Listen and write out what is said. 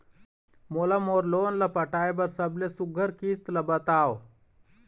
मोला मोर लोन ला पटाए बर सबले सुघ्घर किस्त ला बताव?